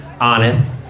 honest